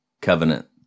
covenant